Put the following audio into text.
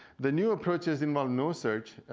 the new approaches involve no search,